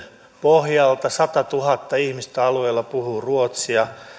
pohjalta satatuhatta ihmistä alueella puhuu ruotsia